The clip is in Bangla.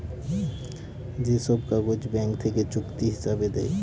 যে সব কাগজ ব্যাঙ্ক থেকে চুক্তি হিসাবে দেয়